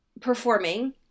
performing